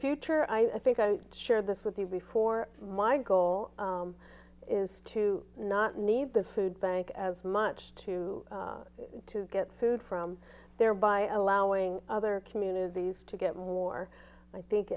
future i think i share this with you before my goal is to not need the food bank as much to to get food from there by allowing other communities to get more i think